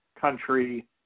country